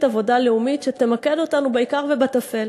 עבודה לאומית שתמקד אותנו בעיקר ובטפל,